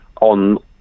on